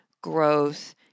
growth